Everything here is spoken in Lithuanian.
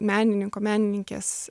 menininko menininkės